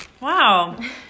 Wow